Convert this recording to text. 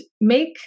make